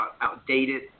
outdated